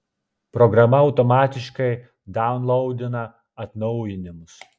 programa automatiškai daunlaudina atnaujinimus